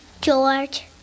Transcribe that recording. George